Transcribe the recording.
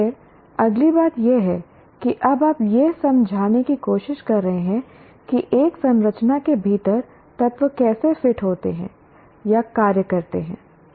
फिर अगली बात यह है कि अब आप यह समझाने की कोशिश कर रहे हैं कि एक संरचना के भीतर तत्व कैसे फिट होते हैं या कार्य करते हैं